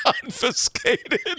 confiscated